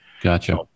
Gotcha